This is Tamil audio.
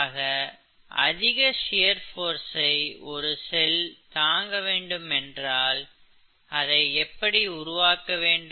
ஆக அதிக ஷியர் போர்சை ஒரு செல் தாங்க வேண்டுமென்றால் அதை எப்படி உருவாக்க வேண்டும்